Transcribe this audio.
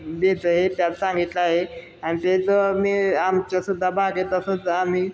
द्यायचं हे आहे त्यात सांगितलं आहे आणि त्याचं मी आमच्यासुद्धा बागेत असंच आम्ही